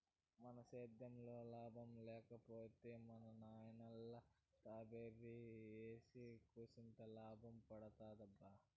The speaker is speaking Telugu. మన సేద్దెంలో లాభం లేక పోయే మా నాయనల్లె స్ట్రాబెర్రీ ఏసి కూసింత లాభపడదామబ్బా